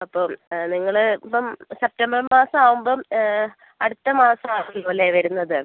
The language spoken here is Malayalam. അപ്പം നിങ്ങൾ ഇപ്പം സെപ്റ്റംബർ മാസം ആകുമ്പം അടുത്ത മാസം ആവും അല്ലേ വരുന്നത്